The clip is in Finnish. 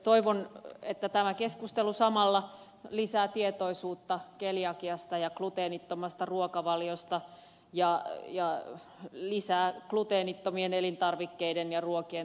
toivon että tämä keskustelu samalla lisää tietoisuutta keliakiasta ja gluteenittomasta ruokavaliosta ja lisää gluteenittomien elintarvikkeiden ja ruokien tarjontaa